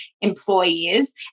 employees